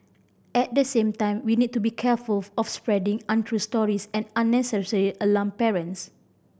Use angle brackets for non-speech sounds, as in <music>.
at the same time we need to be careful <unintelligible> of spreading untrue stories and unnecessary alarm parents